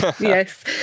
Yes